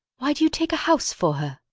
why do you take a house for her?